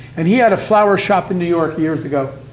and he had a flower shop in new york years ago.